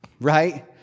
right